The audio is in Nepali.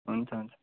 हुन्छ हुन्छ